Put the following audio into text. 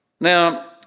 Now